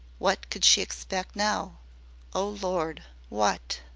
what could she expect now o lord, what?